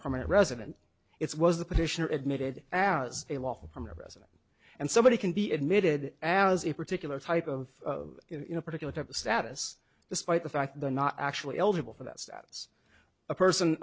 permanent resident it's was the petitioner admitted as a lawful permanent resident and somebody can be admitted as a particular type of in a particular type of status despite the fact they're not actually eligible for that stats a person